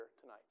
tonight